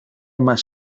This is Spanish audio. más